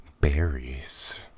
Berries